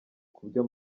kubyo